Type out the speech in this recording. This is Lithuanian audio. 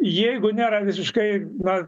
jeigu nėra visiškai na